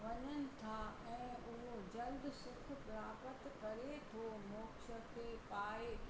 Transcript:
वञनि था ऐं उहो जल्द सुख प्राप्त करे थो मोक्ष खे पाए